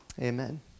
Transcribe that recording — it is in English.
Amen